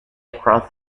across